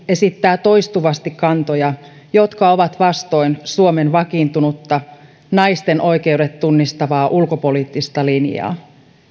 esittää toistuvasti kantoja jotka ovat vastoin suomen vakiintunutta naisten oikeudet tunnistavaa ulkopoliittista linjaa